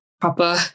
proper